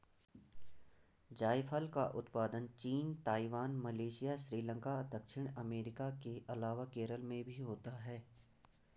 जायफल का उत्पादन चीन, ताइवान, मलेशिया, श्रीलंका, दक्षिण अमेरिका के अलावा केरल में भी होता है